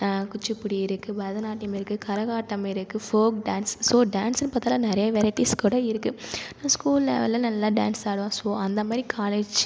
குச்சிப்புடி இருக்குது பரதநாட்டியம் இருக்குது கரகாட்டம் இருக்குது ஃபோக் டான்ஸ் ஸோ டான்சுனு பார்த்தாலே நிறைய வெரைட்டிஸ் கூட இருக்குது ஸ்கூலில் நல்லா டான்ஸ் ஆடுவோம் அந்த மாரி கால்லேஜ்